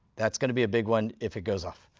that's going to be a big one if it goes off.